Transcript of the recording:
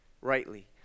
rightly